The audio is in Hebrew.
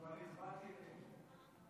כבר הצבעתי נגד,